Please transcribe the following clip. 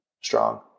strong